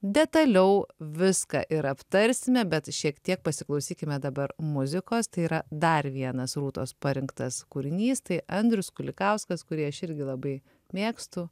detaliau viską ir aptarsime bet šiek tiek pasiklausykime dabar muzikos tai yra dar vienas rūtos parinktas kūrinys tai andrius kulikauskas kurį aš irgi labai mėgstu